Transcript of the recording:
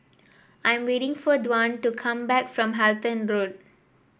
I'm waiting for Dwan to come back from Halton Road